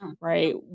Right